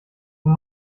nun